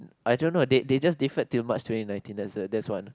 I don't know they they just deferred till March twenty nineteen that's a that's one